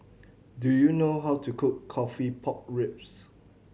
do you know how to cook coffee pork ribs